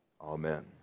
amen